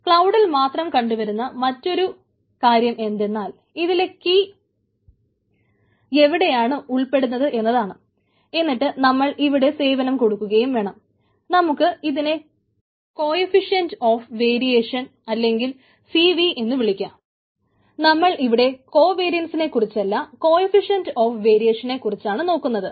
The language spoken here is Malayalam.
ക്ലൌഡിൽ മാത്രം കണ്ടുവരുന്ന മറ്റൊരു കാര്യം എന്തെന്നാൽ ഇതിലെ കീ എന്ന് വിളിക്കാം നമ്മൾ ഇവിടെ കോവേരിയസിനെക്കുറിച്ചല്ല കോയിഫിഷന്റ് ഓഫ് വേരിയൻസിനെ കുറിച്ചാണ് നോക്കുന്നത്